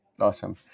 Awesome